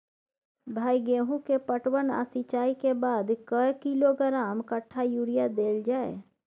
भाई गेहूं के पटवन आ सिंचाई के बाद कैए किलोग्राम कट्ठा यूरिया देल जाय?